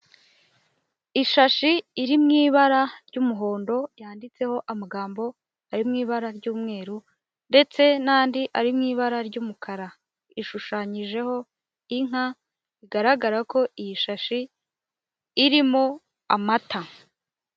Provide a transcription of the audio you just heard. Ishashi iri mu ibara ry'umuhondo, yanditseho amagambo ari mu ibara ry'umweru ndetse n'andi ari mu ibara ry'umukara, ishushanyijeho inka, bigaragara ko iyi shashi irimo amata.